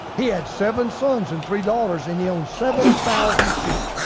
he had seven sons and three daughters, and he owned seven thousand sheep,